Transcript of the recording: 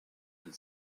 and